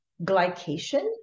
glycation